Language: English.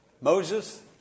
Moses